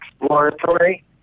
exploratory